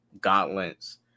gauntlets